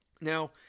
Now